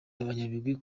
abanyabigwi